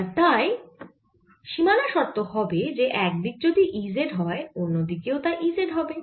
আর তাই সীমানা শর্ত হবে যে একদিকে যদি E z হয় অন্য দিকেও তা E z হবে